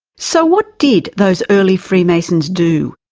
so what did those early freemasons do?